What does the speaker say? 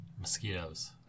mosquitoes